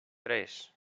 tres